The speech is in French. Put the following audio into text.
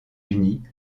unis